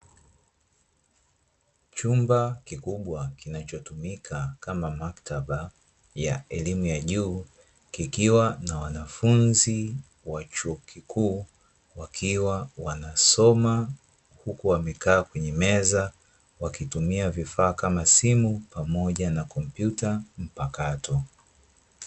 Chumba kikubwa kinachotumika kama maktaba ya elimu ya juu kikiwa na wanafunzi wa chuo kikuu wakiwa wanasoma, huku wamekaa kwenye meza wakitumia vifaa kama simu pamoja na kompyuta mpakato.